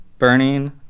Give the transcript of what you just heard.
burning